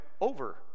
over